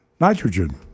Nitrogen